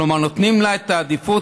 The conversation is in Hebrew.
כלומר, נותנים לה את העדיפות.